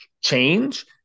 change